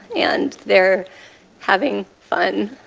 and they're having fun